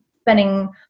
spending